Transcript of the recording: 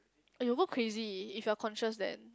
oh your work crazy if you are conscious then